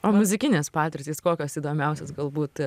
o muzikinės patirtys kokios įdomiausios galbūt